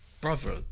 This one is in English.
brother